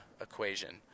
equation